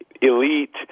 elite